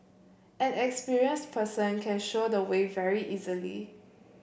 an experienced person can show the way very easily